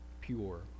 pure